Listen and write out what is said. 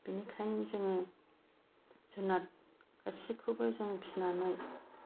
बेनिखायनो जोङो जुनार गासैखौबो जों फिसिनानै